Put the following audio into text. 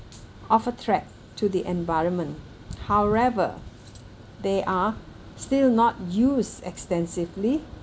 of a threat to the environment however they are still not used extensively